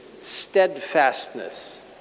steadfastness